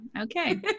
okay